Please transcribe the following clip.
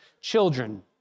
children